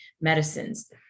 medicines